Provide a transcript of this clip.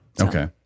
Okay